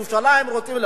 ירושלים רוצים,